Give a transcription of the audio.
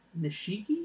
Nishiki